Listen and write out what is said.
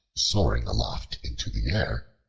soaring aloft into the air,